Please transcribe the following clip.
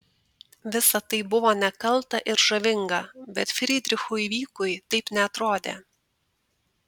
visa tai buvo nekalta ir žavinga bet frydrichui vykui taip neatrodė